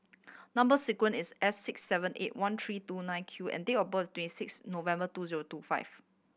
number sequence is S six seven eight one three two nine Q and date of birth twenty six November two zero two five